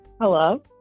Hello